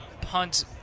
Punt